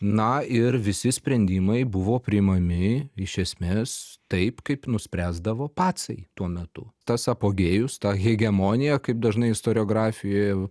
na ir visi sprendimai buvo priimami iš esmės taip kaip nuspręsdavo pacai tuo metu tas apogėjus ta hegemonija kaip dažnai istoriografijoje